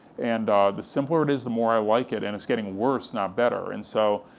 and the simpler it is, the more i like it, and it's getting worse, not better, and so,